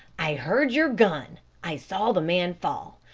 i heard your gun. i saw the man fall.